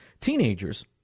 Teenagers